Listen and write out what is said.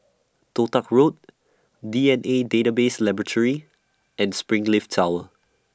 Toh Tuck Road D N A Database Laboratory and Springleaf Tower